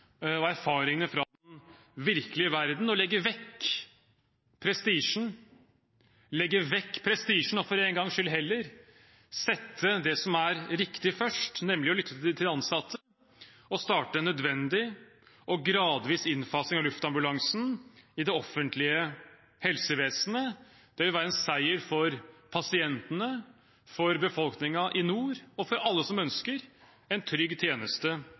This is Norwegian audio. og erfaringene fra den virkelige verden, legge vekk prestisjen og for en gangs skyld heller sette det som er riktig, først, nemlig å lytte til de ansatte og starte en nødvendig og gradvis innfasing av luftambulansen i det offentlige helsevesenet. Det vil være en seier for pasientene, for befolkningen i nord, og for alle som ønsker en trygg tjeneste